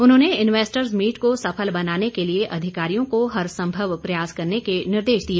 उन्होंने investors meet को सफल बनाने के लिए अधिकारियों को हरसंभव प्रयास करने के निर्देश दिए